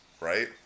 right